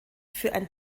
für